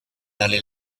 dalle